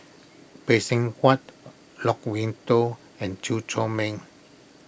Phay Seng Whatt Loke Wan Tho and Chew Chor Meng